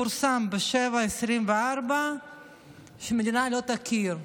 פורסם ב-07:24 שהמדינה לא תכיר בה.